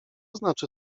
znaczy